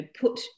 put